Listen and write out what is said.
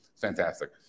Fantastic